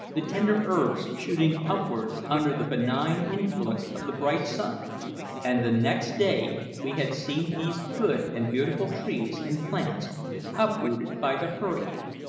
the tender herbs shooting upwards under the benign influence of the bright sun and the next day we had seen these good and beautiful trees and plants uprooted by the hurricane,